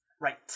Right